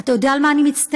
אתה יודע על מה אני מצטערת?